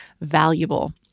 valuable